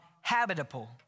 habitable